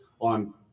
on